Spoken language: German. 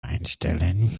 einstellen